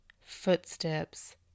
footsteps